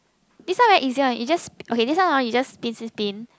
this one very easy one you just okay this one hor you just spin spin spin